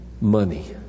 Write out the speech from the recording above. money